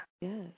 yes